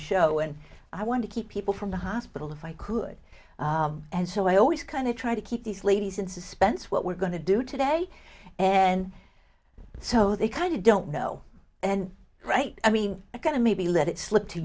show and i want to keep people from the hospital if i could and so i always kind of try to keep these ladies in suspense what we're going to do today and so they kind of don't know and right i mean i kind of maybe let it slip to